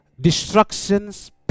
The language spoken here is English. destructions